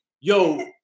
yo